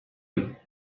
you